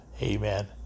Amen